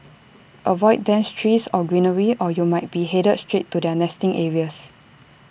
avoid dense trees or greenery or you might be headed straight to their nesting areas